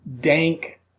dank